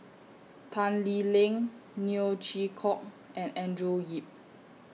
Tan Lee Leng Neo Chwee Kok and Andrew Yip